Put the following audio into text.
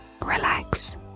Relax